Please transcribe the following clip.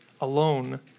alone